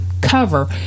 cover